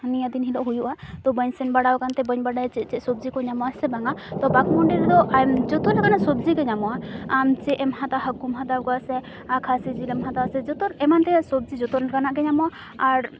ᱱᱤᱭᱟᱹᱫᱤᱱ ᱦᱤᱞᱳᱜ ᱦᱩᱭᱩᱜᱼᱟ ᱛᱚ ᱵᱟᱹᱧ ᱥᱮᱱ ᱵᱟᱲᱟᱣ ᱠᱟᱱᱟ ᱛᱮ ᱵᱟᱹᱧ ᱵᱟᱲᱟᱭᱟ ᱪᱮᱫ ᱪᱮᱫ ᱥᱚᱵᱡᱤ ᱠᱚ ᱧᱟᱢᱚᱜᱼᱟ ᱥᱮ ᱵᱟᱝᱼᱟ ᱛᱚ ᱵᱟᱠᱢᱩᱱᱰᱤ ᱨᱮᱫᱚ ᱟᱭᱢᱟ ᱡᱚᱛᱚᱞᱮᱠᱟᱱᱟᱜ ᱥᱚᱵᱡᱤᱜᱮ ᱧᱟᱢᱚᱜᱼᱟ ᱟᱢ ᱪᱮᱫ ᱮᱢ ᱦᱟᱛᱟᱣᱼᱟ ᱦᱟᱠᱩᱢ ᱦᱟᱛᱟᱣ ᱠᱚᱣᱟ ᱥᱮ ᱠᱷᱟᱹᱥᱤ ᱡᱤᱞᱮᱢ ᱦᱟᱛᱟᱣᱟ ᱥᱮ ᱡᱚᱛᱚ ᱮᱢᱟᱱ ᱛᱮᱭᱟᱜ ᱥᱚᱵᱡᱤ ᱡᱚᱛᱚ ᱞᱮᱠᱟᱱᱟᱜ ᱜᱮ ᱧᱟᱢᱚᱜᱼᱟ ᱟᱨ